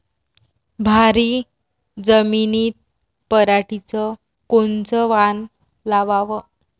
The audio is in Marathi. भारी जमिनीत पराटीचं कोनचं वान लावाव?